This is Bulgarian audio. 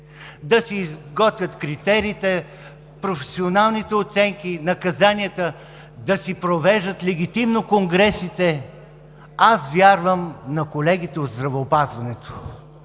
да си изготвят критериите, професионалните оценки, наказанията; да си провеждат легитимно конгресите. Аз вярвам на колегите от здравеопазването.